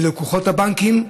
ללקוחות הבנקים,